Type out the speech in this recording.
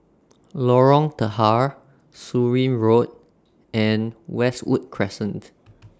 Lorong Tahar Surin Road and Westwood Crescent